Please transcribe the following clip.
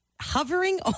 hovering